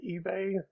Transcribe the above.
eBay